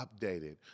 updated